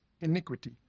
iniquity